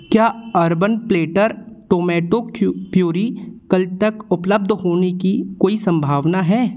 क्या Urban Platter tomato Q puree कल तक उपलब्ध होने की कोई सम्भावना है